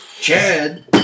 Chad